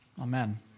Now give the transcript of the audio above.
Amen